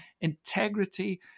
Integrity